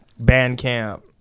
Bandcamp